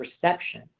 perception